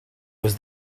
was